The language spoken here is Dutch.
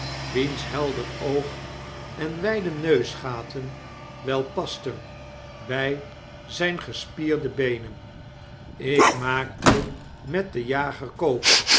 wiens helder oog en wyde neusgaten wel pasten by zpe gespierde beenen ik maakte met denjager